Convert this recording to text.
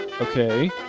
okay